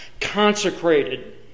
consecrated